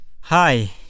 Hi